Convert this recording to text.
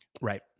right